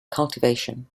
cultivation